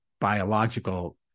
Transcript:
biological